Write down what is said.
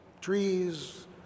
trees